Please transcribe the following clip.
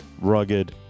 rugged